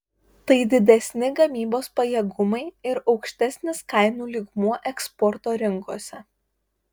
tai didesni gamybos pajėgumai ir aukštesnis kainų lygmuo eksporto rinkose